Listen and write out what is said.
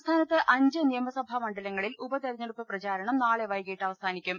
സംസ്ഥാനത്ത് അഞ്ച് നിയമസഭാ മണ്ഡലിങ്ങളിൽ ഉപതെര ഞ്ഞെടുപ്പ് പ്രചാരണം നാളെ വൈകിട്ട് അവ്വസാനിക്കും